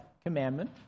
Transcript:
commandment